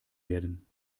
werden